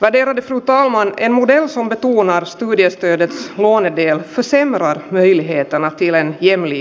ader fru talman emu jaosto tuula istui esteiden molempien käsien varaan hietalahti leena niemi